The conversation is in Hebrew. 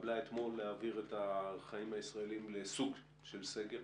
שהתקבלה אתמול להעביר את החיים הישראליים לסוג של סגר.